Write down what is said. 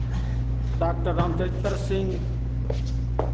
doctor Ram Charitra Singh